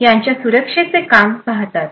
यांच्या सुरक्षेचे काम पाहतात